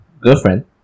Girlfriend